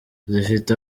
zifite